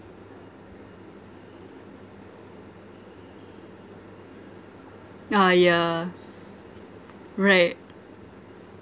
uh yeah right